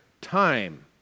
time